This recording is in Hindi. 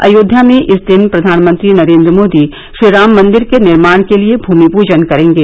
अयोध्या में इस दिन प्रधानमंत्री नरेन्द्र मोदी श्रीराम मंदिर के निर्माण के लिए भूमि पूजन करेंगे